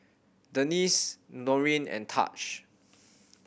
Denese Norine and Taj